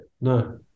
No